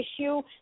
issue